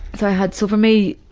so i had so for me,